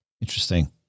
interesting